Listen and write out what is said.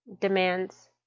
demands